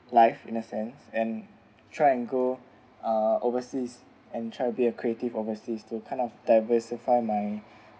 life in a sense and try and go uh overseas and try to be a creative overseas to kind of diversify my